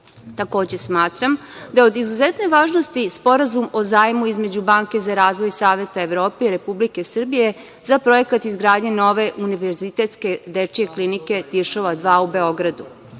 smatram da je od izuzetne važnosti Sporazum o zajmu između Banke za razvoj Saveta Evrope i Republike Srbije za projekat izgradnje nove Univerzitetske dečije klinike Tiršova 2 u Beogradu.